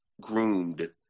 groomed